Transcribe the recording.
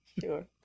Sure